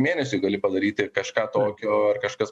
mėnesiui gali padaryti kažką tokio ar kažkas